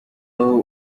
aho